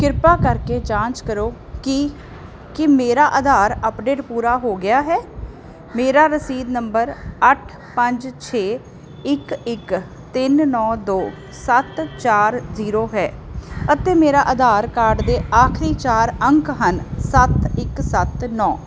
ਕ੍ਰਿਪਾ ਕਰਕੇ ਜਾਂਚ ਕਰੋ ਕਿ ਕੀ ਮੇਰਾ ਆਧਾਰ ਅੱਪਡੇਟ ਪੂਰਾ ਹੋ ਗਿਆ ਹੈ ਮੇਰਾ ਰਸੀਦ ਨੰਬਰ ਅੱਠ ਪੰਜ ਛੇ ਇੱਕ ਇੱਕ ਤਿੰਨ ਨੌਂ ਦੋ ਸੱਤ ਚਾਰ ਜੀਰੋ ਹੈ ਅਤੇ ਮੇਰਾ ਆਧਾਰ ਕਾਰਡ ਦੇ ਆਖਰੀ ਚਾਰ ਅੰਕ ਹਨ ਸੱਤ ਇੱਕ ਸੱਤ ਨੌਂ